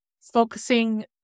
focusing